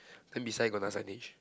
then beside got another signage